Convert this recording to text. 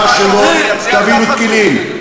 24 שמות טבין ותקילין.